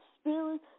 spirit